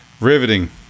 Riveting